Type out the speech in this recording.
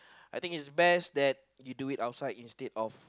I think it's best that you do it outside instead of